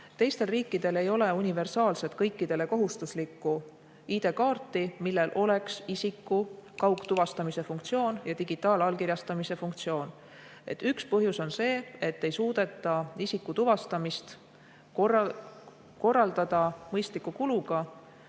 Teistel riikidel ei ole universaalset kõikidele kohustuslikku ID‑kaarti, millel oleks isiku kaugtuvastamise funktsioon ja digitaalallkirjastamise funktsioon. Üks põhjus on see, et ei suudeta isiku tuvastamist korraldada mõistliku kuluga